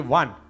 one